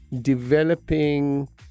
developing